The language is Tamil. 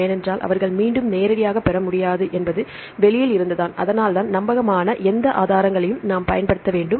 ஏனென்றால் அவர்கள் மீண்டும் நேரடியாக பெற முடியாது என்பது வெளியில் இருந்துதான் அதனால்தான் நம்பகமான எந்த ஆதாரங்களையும் நாம் பயன்படுத்த வேண்டும்